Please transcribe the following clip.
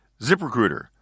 ZipRecruiter